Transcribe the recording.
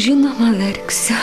žinoma verksiu